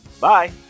Bye